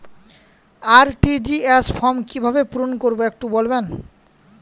RTGS form কিভাবে পূরণ করবো একটু বলবেন?